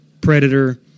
predator